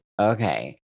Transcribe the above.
okay